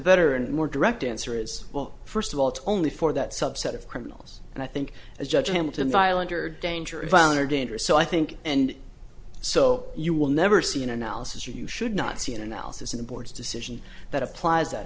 better and more direct answer is well first of all it's only for that subset of criminals and i think as judge hamilton violent or danger of violent or dangerous so i think and so you will never see an analysis you should not see an analysis of the board's decision that applies that